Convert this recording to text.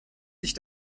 sich